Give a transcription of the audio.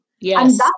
Yes